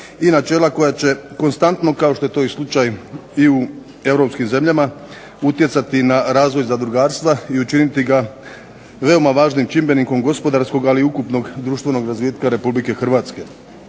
načela koja će konstantno kao što je to slučaj u europski zemljama utjecati na razvoj zadrugarstva i učiniti veoma važnim čimbenikom gospodarskog ali i ukupnog društvenog razvitka RH.